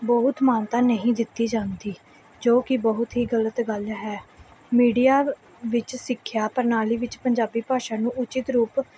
ਬਹੁਤ ਮਾਨਤਾ ਨਹੀਂ ਦਿੱਤੀ ਜਾਂਦੀ ਜੋ ਕਿ ਬਹੁਤ ਹੀ ਗਲਤ ਗੱਲ ਹੈ ਮੀਡੀਆ ਵਿੱਚ ਸਿੱਖਿਆ ਪ੍ਰਣਾਲੀ ਵਿੱਚ ਪੰਜਾਬੀ ਭਾਸ਼ਾ ਨੂੰ ਉੱਚਿਤ ਰੂਪ